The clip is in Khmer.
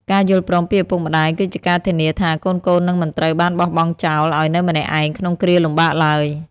ការយល់ព្រមពីឪពុកម្ដាយគឺជាការធានាថា កូនៗនឹងមិនត្រូវបានបោះបង់ចោលឱ្យនៅម្នាក់ឯងក្នុងគ្រាលំបាកឡើយ។